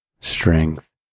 strength